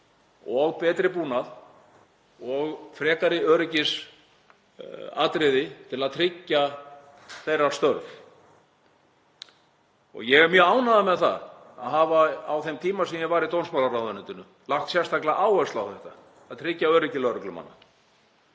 og betri búnað og frekari öryggisatriði til að tryggja þeirra störf. Ég er mjög ánægður með það að hafa á þeim tíma sem ég var í dómsmálaráðuneytinu lagt sérstaklega áherslu á þetta, að tryggja öryggi lögreglumanna.